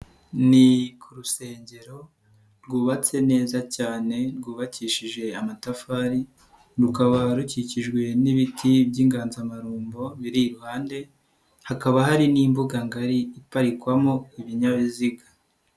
Ni ku rusengero rwubatse neza cyane rwubakishije amatafari rukaba rukikijwe n'ibiti by'inganzamarumbo biri iruhande, hakaba hari n'imbuga ngari iparikwamo ibinyabiziga.